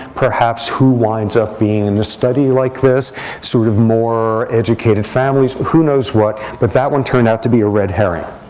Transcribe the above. perhaps who winds up being in a study like this sort of more educated families. who knows what. but that one turned out to be a red herring.